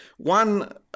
One